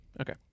Okay